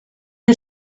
you